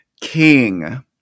King